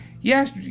yes